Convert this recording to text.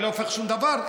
אני לא הופך שום דבר,